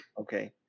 okay